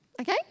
Okay